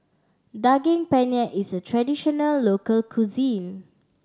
Daging Penyet is a traditional local cuisine